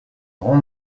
grand